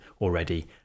already